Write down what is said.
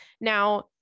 Now